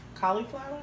Cauliflower